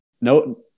no